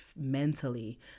mentally